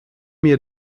mir